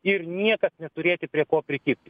ir niekas neturėti prie ko prikibti